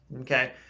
okay